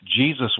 Jesus